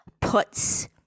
puts